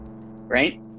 right